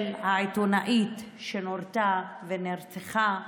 של העיתונאית שנורתה ונרצחה